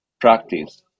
practice